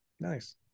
Nice